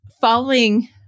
following